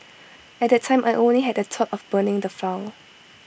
at that time I only had the thought of burning the file